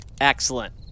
Excellent